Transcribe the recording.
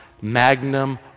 magnum